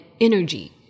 energy